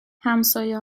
همسایه